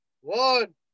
one